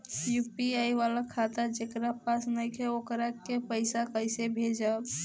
UPI वाला खाता जेकरा पास नईखे वोकरा के पईसा कैसे भेजब?